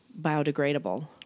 biodegradable